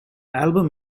album